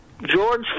George